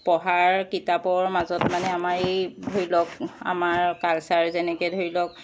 পঢ়াৰ কিতাপৰ মাজত মানে আমাৰ এই ধৰি লওক আমাৰ কালচাৰ যেনেকৈ ধৰি লওক